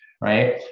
right